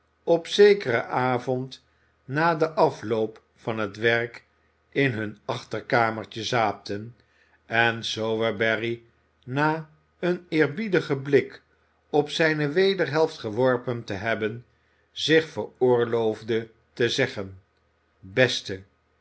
op zekeren avond na den afloop van het werk in hun achterkamertje zaten en sowerberry na een eerbiedigen blik op zijne wederhelft geworpen te hebben zich veroorloofde te zeggen beste